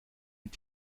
mit